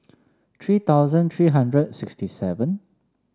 three thousand three hundred sixty seven